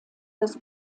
des